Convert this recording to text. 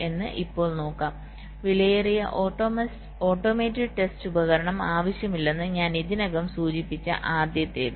എന്ന് ഇപ്പോൾ നോക്കാം വിലയേറിയ ഓട്ടോമേറ്റഡ് ടെസ്റ്റ് ഉപകരണം ആവശ്യമില്ലെന്ന് ഞാൻ ഇതിനകം സൂചിപ്പിച്ച ആദ്യത്തേത്